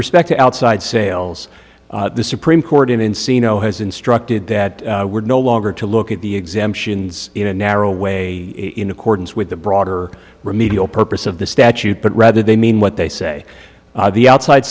respect to outside sales the supreme court in encino has instructed that we're no longer to look at the exemptions in a narrow way in accordance with the broader remedial purpose of the statute but rather they mean what they say of the outside